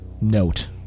note